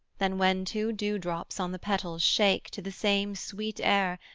than when two dewdrops on the petals shake to the same sweet air,